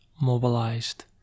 mobilized